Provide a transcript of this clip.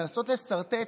לנסות לסרטט,